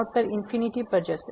ગુણોત્તર ઇન્ફીનીટી પર જશે